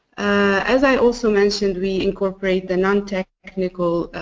as i also mentioned we incorporate the nontechnical,